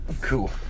Cool